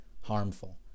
harmful